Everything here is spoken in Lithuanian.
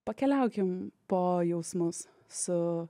pakeliaukim po jausmus su